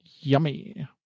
Yummy